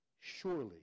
surely